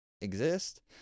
exist